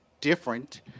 different